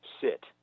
sit